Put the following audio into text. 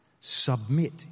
submit